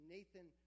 Nathan